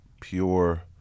pure